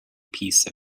piece